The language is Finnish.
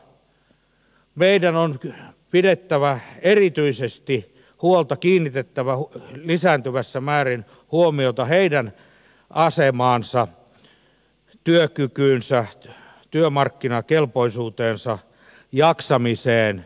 pienituloisimmista meidän on pidettävä erityisesti huolta kiinnitettävä lisääntyvässä määrin huomiota heidän asemaansa työkykyynsä työmarkkinakelpoisuuteensa jaksamiseensa